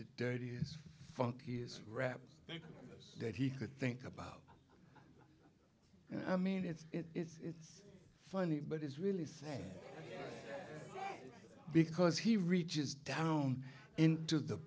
dirtiest funkiest rap that he could think about i mean it's it's funny but it's really sad because he reaches down into the